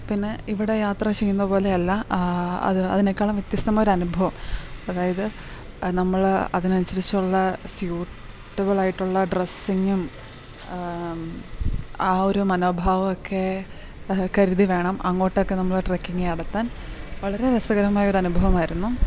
പിന്നെ ഇവിടെ യാത്ര ചെയ്യുന്നത് പോലെ അല്ല അത് അതിനേക്കാളും വ്യത്യസ്തമായ ഒരനുഭവം അതായത് നമ്മൾ അതിന് അനുസരിച്ചുള്ള സ്യൂട്ടബ്ളായിട്ടുള്ള ഡ്രസ്സിങ്ങും ആ ഒരു മനോഭാവം ഒക്കെ കരുതി വേണം അങ്ങോട്ടൊക്കെ നമ്മൾ ട്രക്കിങ്ങ് നടത്താൻ വളരെ രസകരമായ ഒരനുഭവമായിരുന്നു